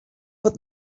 put